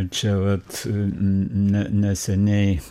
čia vat n ne neseniai